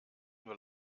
nur